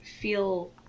feel